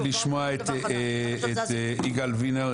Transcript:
אני רוצה לשמוע את יגאל וינר,